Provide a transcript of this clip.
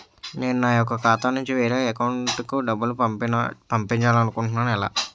నేను నా యెక్క ఖాతా నుంచి వేరే వారి అకౌంట్ కు డబ్బులు పంపించాలనుకుంటున్నా ఎలా?